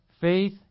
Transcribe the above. faith